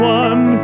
one